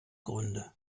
gründe